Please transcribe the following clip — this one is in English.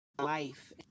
life